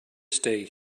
stay